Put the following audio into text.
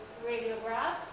radiograph